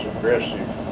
aggressive